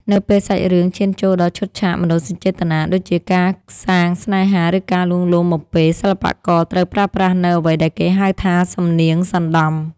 នៅពេលសាច់រឿងឈានចូលដល់ឈុតឆាកមនោសញ្ចេតនា ដូចជាការសាងស្នេហា ឬការលួងលោមបំពេរ សិល្បករត្រូវប្រើប្រាស់នូវអ្វីដែលគេហៅថា សំនៀងសណ្តំ។